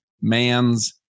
Man's